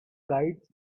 guides